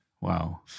Wow